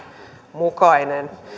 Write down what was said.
mukainen